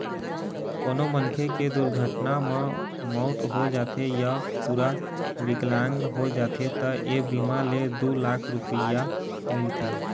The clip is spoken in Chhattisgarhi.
कोनो मनखे के दुरघटना म मउत हो जाथे य पूरा बिकलांग हो जाथे त ए बीमा ले दू लाख रूपिया मिलथे